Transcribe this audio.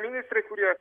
ministrai kurie